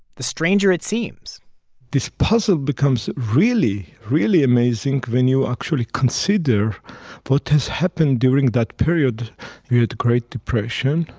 the stranger it seems this puzzle becomes really, really amazing when you actually consider what has happened during that period. we had the great depression.